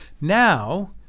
Now